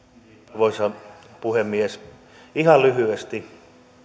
arvoisa puhemies ihan lyhyesti